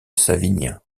savinien